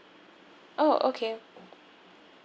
oh okay